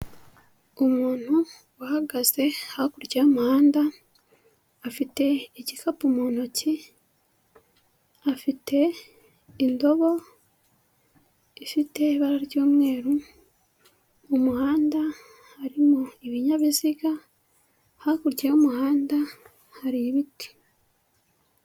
Umuntu uhagaze hakurya y'amahanda, afite igikapu mu ntoki, afite indobo ifite ibara ry'umweru, mu muhanda harimo ibinyabiziga, hakurya y'umuhanda hari ibiti.